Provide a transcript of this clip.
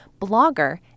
blogger